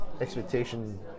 expectation